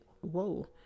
Whoa